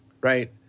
Right